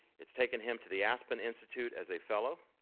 it's taken him to the aspen institute as a fellow,